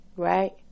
Right